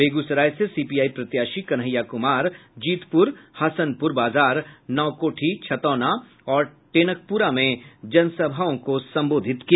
बेगूसराय से सीपीआई प्रत्याशी कन्हैया कुमार जीतपुर हसनपुर बाजार नावकोठी छतौना और टेनकपुरा में जनसभाओं को संबोधित किया